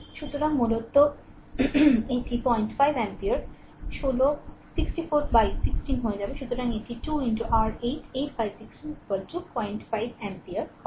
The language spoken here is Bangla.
সুতরাং মূলত এটি 05 অ্যাম্পিয়ার 16 64 দ্বারা 16 হয়ে যাবে সুতরাং এটি 2 আর 8 8 বাই 16 05 অ্যাম্পিয়ার হবে